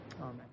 Amen